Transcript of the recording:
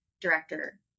director